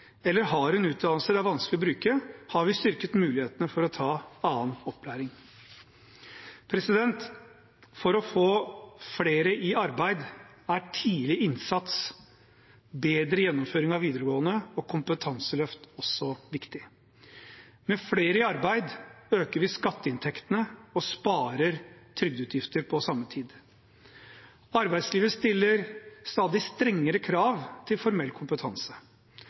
eller har en utdannelse det er vanskelig å bruke, har vi styrket mulighetene for å ta annen opplæring. For å få flere i arbeid er tidlig innsats, bedre gjennomføring av videregående og kompetanseløft også viktig. Med flere i arbeid øker vi skatteinntektene og sparer trygdeutgifter på samme tid. Arbeidslivet stiller stadig strengere krav til formell kompetanse.